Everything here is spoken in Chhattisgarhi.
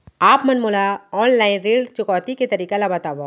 आप मन मोला ऑनलाइन ऋण चुकौती के तरीका ल बतावव?